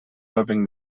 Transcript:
loving